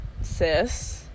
sis